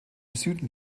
süden